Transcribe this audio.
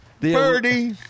Birdie